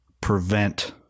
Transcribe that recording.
prevent